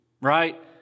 right